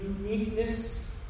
uniqueness